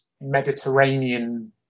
Mediterranean